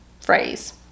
phrase